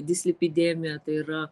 dislipidemija tai yra